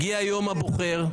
הגיע יום הבוחר,